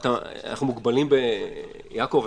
יעקב,